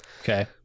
Okay